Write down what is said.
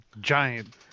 giant